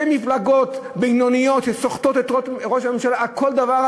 זה בגלל שתי מפלגות בינוניות שסוחטות את ראש הממשלה על כל דבר,